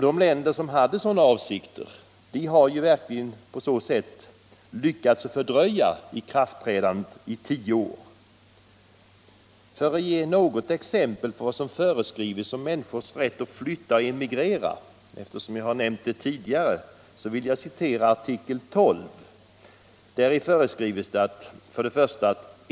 De länder som hade sådana avsikter har på detta sätt lyckats fördröja ikraftträdandet i 10 år. För att ge något exempel på vad som föreskrivs om människors rätt att flytta och emigrera vill jag — eftersom jag har nämnt det tidigare — citera artikel 12, vari föreskrivs: "I.